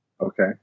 Okay